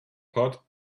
pod